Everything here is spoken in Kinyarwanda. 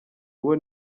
uwo